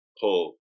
pull